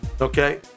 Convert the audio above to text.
Okay